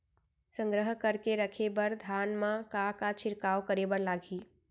संग्रह करके रखे बर धान मा का का छिड़काव करे बर लागही?